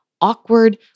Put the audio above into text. Awkward